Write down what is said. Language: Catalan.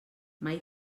mai